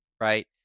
right